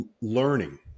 learning